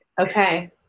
Okay